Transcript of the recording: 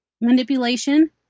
manipulation